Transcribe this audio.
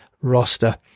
roster